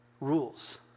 rules